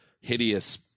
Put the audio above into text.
hideous